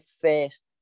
first